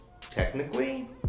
technically